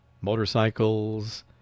motorcycles